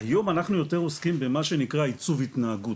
היום אנחנו יותר עוסקים במה שנקרה עיצוב התנהגות,